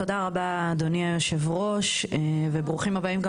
אדוני היושב-ראש, תודה רבה.